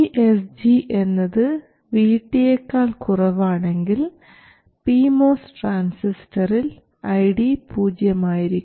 VSG എന്നത് Vt യെക്കാൾ കുറവാണെങ്കിൽ പി മോസ് ട്രാൻസിസ്റ്ററിൽ ID പൂജ്യമായിരിക്കും